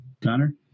Connor